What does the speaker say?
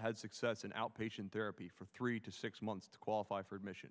had success in outpatient therapy for three to six months to qualify for admission